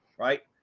right?